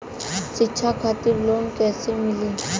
शिक्षा खातिर लोन कैसे मिली?